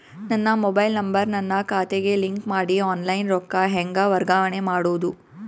ನನ್ನ mobile number ನನ್ನ ಖಾತೆಗೆ ಲಿಂಕ್ ಮಾಡಿ ಆನ್ಲೈನ್ ರೊಕ್ಕ ಹೆಂಗ ವರ್ಗಾವಣೆ ಮಾಡೋದು?